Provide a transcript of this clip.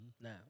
now